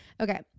Okay